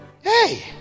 Hey